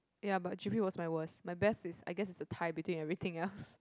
ya but g_p was my worst my best is I guess it's a tie between everything else